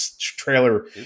trailer